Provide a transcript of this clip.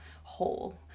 whole